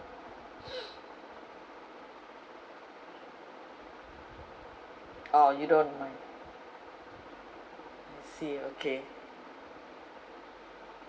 orh you don't mind I see okay